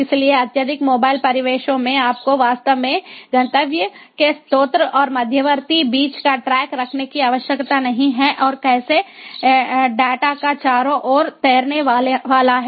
इसलिए अत्यधिक मोबाइल परिवेशों में आपको वास्तव में गंतव्य के स्रोत और मध्यवर्ती बीच का ट्रैक रखने की आवश्यकता नहीं है और कैसे डेटा चारों ओर तैरने वाला है